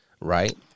right